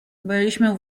byliśmy